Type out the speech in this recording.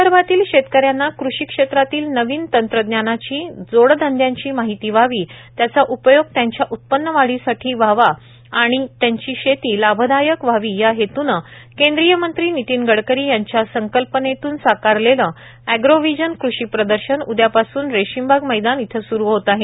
विदर्भातील शेतकऱ्यांना कृषी क्षेत्रातील नवीन तंत्रजानाची जोडधंद्याची माहिती व्हावी त्याचा उपयोग त्यांच्या उत्पन्नवाढीसाठी व्हावा आणि त्यांची शेती लाभदायक व्हावी या हेतूने केंद्रीय मंत्री नितीन गडकरी यांच्या संकल्पनेतून साकारलेले अॅग्रोव्हिजन कृषी प्रदर्शन उदयापासून रेशीमबाग मैदान इथं सुरू होत आहे